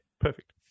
perfect